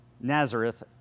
Nazareth